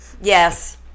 Yes